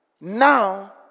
Now